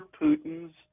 putin's